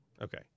Okay